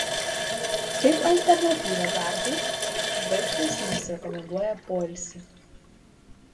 kaip alternatyvą darbui žvaigždės jums rekomenduoja poilsį